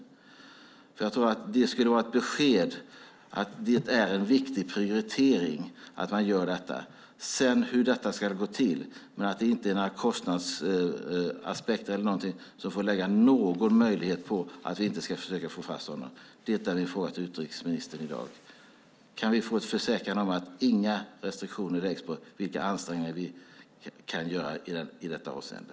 Det skulle vara ett besked om att det är en viktig prioritering att man gör detta. Sedan är det en annan sak hur det ska gå till. Men inga kostnadsaspekter får ta bort någon möjlighet att försöka få honom frigiven. Min fråga till utrikesministern i dag är: Kan vi få en försäkran om att det inte blir några restriktioner i fråga om de ansträngningar som vi kan göra i detta avseende?